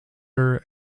her